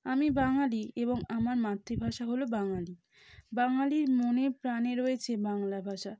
আমি বাঙালি এবং আমার মাতৃভাষা হল বাঙালি বাঙালির মনে প্রাণে রয়েছে বাংলা ভাষা